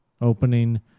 opening